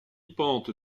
pente